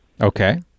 Okay